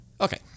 Okay